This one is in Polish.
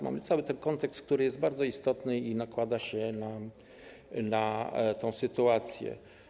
Mamy cały ten kontekst, który jest bardzo istotny i nakłada się na tę sytuację.